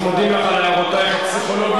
אנחנו מודים לך על הערותייך הפסיכולוגיות,